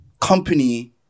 company